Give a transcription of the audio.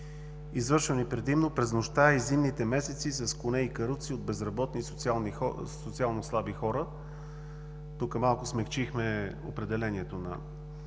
извършвани предимно през нощта и зимните месеци с коне и каруци от безработни, социално слаби хора. Тук малко смекчихме определението на